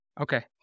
Okay